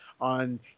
on